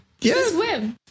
Yes